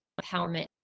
empowerment